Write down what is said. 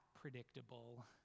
predictable